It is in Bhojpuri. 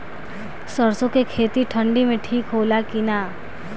सरसो के खेती ठंडी में ठिक होला कि ना?